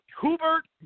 Hubert